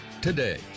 today